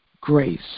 grace